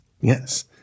Yes